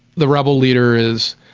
the rebel leader is,